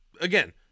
again